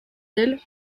del